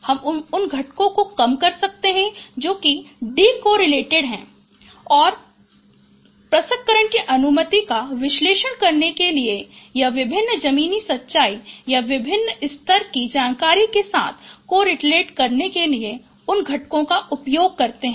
हम उन घटकों को कम कर सकते हैं जो डी कोरिलेटेड हैं और प्रसंस्करण की अनुमति का विश्लेषण करने के लिए या विभिन्न जमीनी सच्चाई या विभिन्न स्तर की जानकारी के साथ कोरिलेट करने के लिए उन घटकों का उपयोग करते हैं